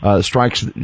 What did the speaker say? strikes